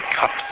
cups